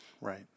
Right